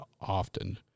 often